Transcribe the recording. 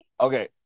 Okay